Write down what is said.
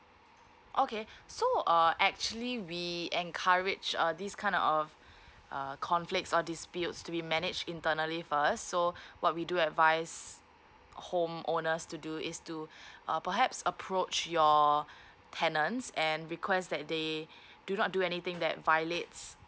okay so uh actually we encourage uh this kind of uh conflicts or disputes to be managed internally first so what we do advise home owners to do is to uh perhaps approach your tenants and request that they do not do anything that violates